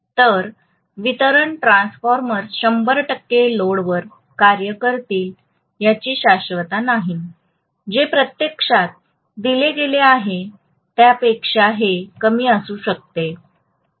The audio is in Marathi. तर वितरण ट्रान्सफॉर्मर्स 100 टक्के लोडवर कार्य करतील याची शाश्वती नाही जे प्रत्यक्षात दिले गेले आहे त्यापेक्षा हे कमी असू शकते